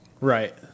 Right